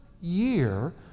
year